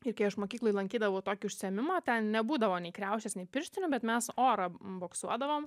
ir kai aš mokykloj lankydavau tokį užsiėmimą ten nebūdavo nei kriaušės nei pirštinių bet mes orą boksuodavom